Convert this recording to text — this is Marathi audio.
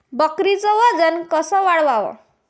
बकरीचं वजन कस वाढवाव?